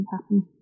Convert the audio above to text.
happen